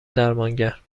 درمانگر